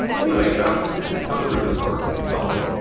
anyway, um this is how the ribbons are installed.